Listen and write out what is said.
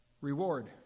reward